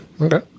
Okay